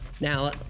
now